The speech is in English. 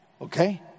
Okay